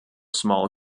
small